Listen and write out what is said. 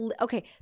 okay